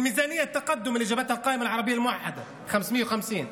הם הרסו את המדינה ואת האנשים.